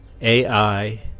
AI